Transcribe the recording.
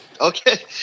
Okay